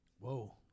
Whoa